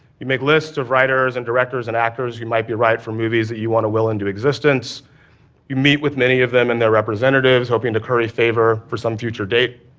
you make lists of writers and directors and actors who might be right for movies that you want to will into existence you meet with many of them and their representatives, hoping to curry favor for some future date.